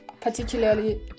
particularly